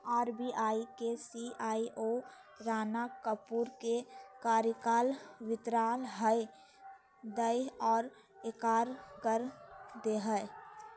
RBI के CEO Rana Kapoor के कार्यकाल विस्तार दय से इंकार कर देलकय